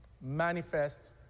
manifest